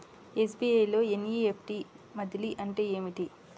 SBI లో NEFT బదిలీ అంటే ఏమిటి?